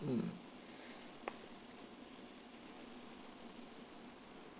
mm